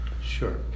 sure